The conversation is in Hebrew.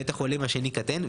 בית החולים השני קטן,